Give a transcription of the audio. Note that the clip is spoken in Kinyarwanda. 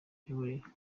ry’imiyoborere